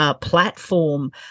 platform